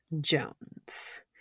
Jones